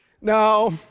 Now